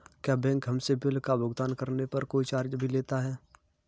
क्या बैंक हमसे बिल का भुगतान करने पर कोई चार्ज भी लेता है?